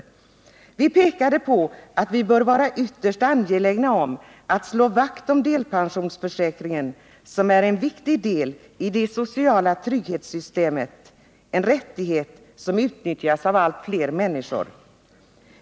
Vi pekade på att vi bör vara ytterst angelägna om att slå vakt om delpensionsförsäkringen, som var en viktig del av det sociala trygghetssystemet, en rättighet som utnyttjas av allt fler människor.